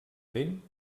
dent